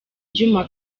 ibyuma